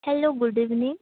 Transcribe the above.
hello good evening